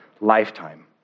lifetime